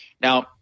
Now